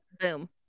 Boom